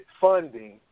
funding